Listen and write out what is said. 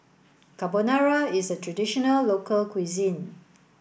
Carbonara is a traditional local cuisine